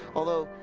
although,